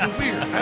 weird